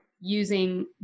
using